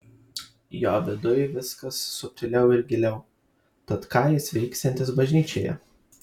jo viduj viskas subtiliau ir giliau tad ką jis veiksiantis bažnyčioje